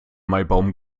maibaum